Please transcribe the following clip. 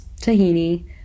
tahini